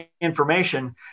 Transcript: information